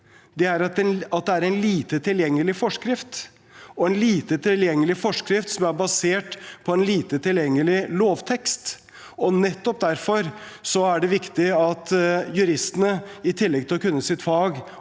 – en lite tilgjengelig forskrift som er basert på en lite tilgjengelig lovtekst. Nettopp derfor er det viktig at juristene i tillegg til å kunne sitt fag